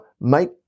make